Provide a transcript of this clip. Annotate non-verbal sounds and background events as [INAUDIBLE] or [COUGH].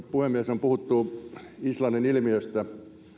[UNINTELLIGIBLE] puhemies on puhuttu islannin ilmiöstä